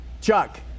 Chuck